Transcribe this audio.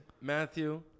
Matthew